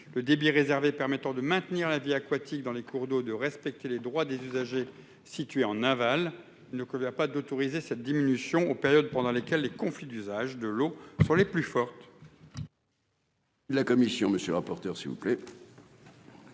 le débit réservé permettant de maintenir la vie aquatique dans les cours d'eau, de respecter les droits des usagers situé en aval ne convient pas d'autoriser cette diminution aux périodes pendant lesquelles les conflits d'usage de l'eau pour les plus fortes.